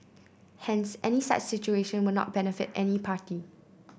hence any such situation will not benefit any party